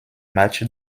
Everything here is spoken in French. matchs